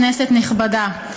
כנסת נכבדה,